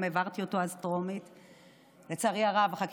וגם העברתי אותו אז בטרומית.